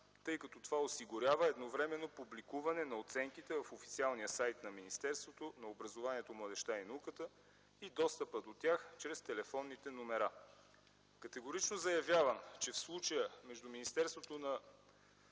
тъй като това осигурява едновременно публикуване на оценките в официалния сайт на Министерството на образованието, младежта и науката и достъпа до тях чрез телефонните номера. Категорично заявявам, че в случая между Министерството на